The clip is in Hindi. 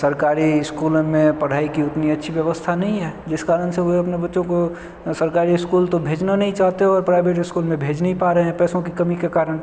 सरकारी स्कूलों में पढ़ाई की उतनी अच्छी व्यवस्था नहीं है जिस कारण से वे अपने बच्चों को सरकारी स्कूल तो भेजना नहीं चाहते और प्राइवेट स्कूल में भेज नहीं पा रहे पैसों की कमी के कारण